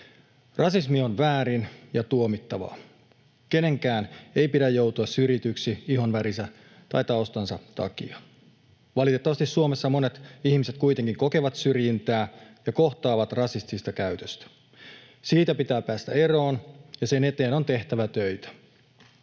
Rasismi on väärin ja tuomittavaa. Kenenkään ei pidä joutua syrjityksi ihonvärinsä tai taustansa takia. Valitettavasti Suomessa monet ihmiset kuitenkin kokevat syrjintää ja kohtaavat rasistista käytöstä. Siitä pitää päästä eroon, ja sen eteen on tehtävä töitä.